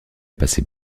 passer